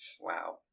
Wow